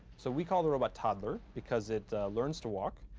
so we call the robot toddler because it learns to walk,